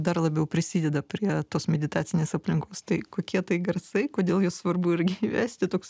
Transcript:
dar labiau prisideda prie tos meditacinės aplinkos tai kokie tai garsai kodėl juos svarbu irgi įvesti toks